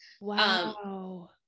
Wow